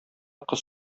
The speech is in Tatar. кыз